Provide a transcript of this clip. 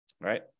right